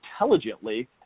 intelligently